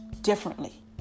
differently